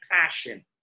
passion